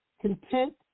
content